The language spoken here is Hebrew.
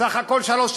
סך הכול שלוש,